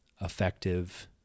effective